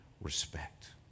respect